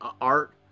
art